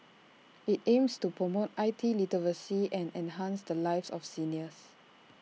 IT aims to promote I T literacy and enhance the lives of seniors